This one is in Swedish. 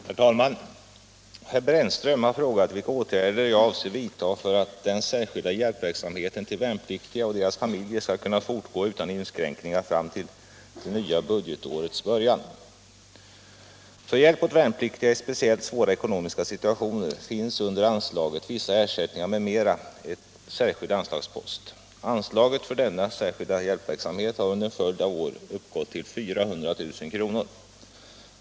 Herr talman! Herr Brännström har frågat vilka åtgärder jag avser vidta för att den särskilda hjälpverksamheten till värnpliktiga och deras familjer skall kunna fortgå utan inskränkningar fram till det nya budgetårets början. För hjälp åt värnpliktiga i speciellt svåra ekonomiska situationer finns under anslaget Vissa ersättningar m.m. en särskild anslagspost. Anslaget för denna särskilda hjälpverksamhet har under en följd av år uppgått till 400 000 kr.